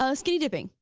ah skinny dipping.